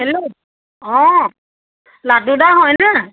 hello অ লাডুদা হয়নে